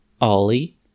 Ollie